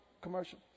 commercial